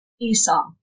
Esau